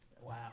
Wow